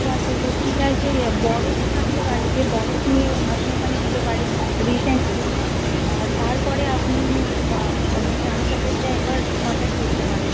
ও আচ্ছা তো ঠিক আছে ইয়ে বরফ থাকলে বাড়িতে বরফ নিয়ে আপনি ওখানে দিতে পারেন রিসেন্টলি আর তারপরে আপনি বা হচ্ছে আমার সাথে এসে একবার কনট্যাক্ট করতে পারেন